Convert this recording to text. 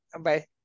Bye